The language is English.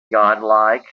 godlike